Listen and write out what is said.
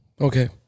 Okay